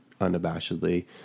unabashedly